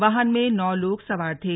वाहन में नौ लोग सवार थे